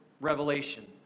Revelation